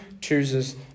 chooses